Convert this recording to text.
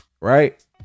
Right